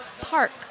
park